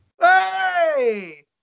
Hey